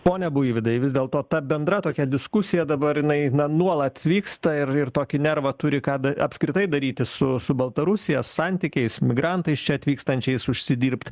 pone buivydai vis dėlto ta bendra tokia diskusija dabar jinai na nuolat vyksta ir tokį nervą turi ką apskritai daryti su su baltarusija santykiais migrantais čia atvykstančiais užsidirbt